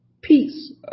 peace